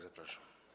Zapraszam.